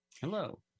Hello